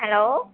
hello